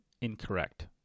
incorrect